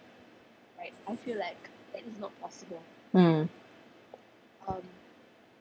mm